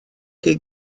chi